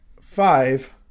Five